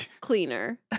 cleaner